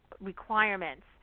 requirements